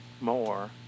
more